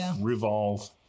revolve